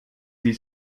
sie